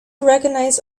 recognize